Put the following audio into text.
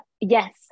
yes